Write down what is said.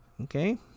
okay